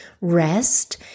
rest